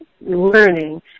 learning